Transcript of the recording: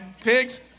pigs